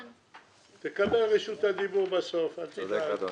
תקבל רשות הדיבור בסוף, אל תדאג.